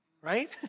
Right